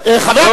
שקיבלת,